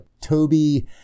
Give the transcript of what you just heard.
Toby